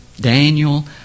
Daniel